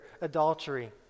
adultery